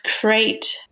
create